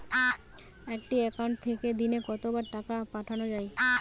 একটি একাউন্ট থেকে দিনে কতবার টাকা পাঠানো য়ায়?